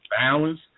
balance